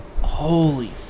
Holy